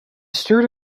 stared